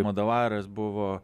madovaras buvo